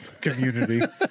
community